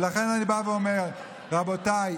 לכן אני בא ואומר: רבותיי,